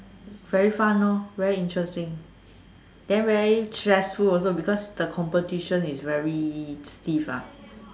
very fun lor very interesting then very stressful also because the competition is very stiff ah